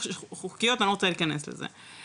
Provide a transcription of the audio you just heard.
אני לא רוצה להיכנס לזה.